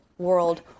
world